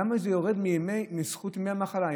למה זה יורד מזכות ימי המחלה?